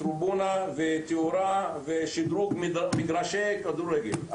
תאורה ושדרוג מגרשי כדורגל.